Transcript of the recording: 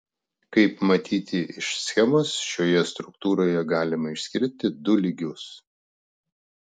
kaip matyti iš schemos šioje struktūroje galima išskirti du lygius